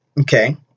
okay